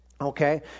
okay